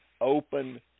open